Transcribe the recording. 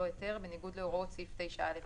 זה מאוד קשור לסעיף (1ב).